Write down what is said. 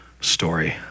story